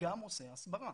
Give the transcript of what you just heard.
גם עושה הסברה,